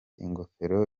ingofero